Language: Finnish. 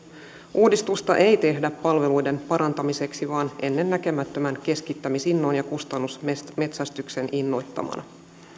uudistusta ei tehdä palveluiden parantamiseksi vaan ennennäkemättömän keskittämisinnon ja kustannusmetsästyksen innoittamana